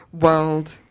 world